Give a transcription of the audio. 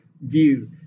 view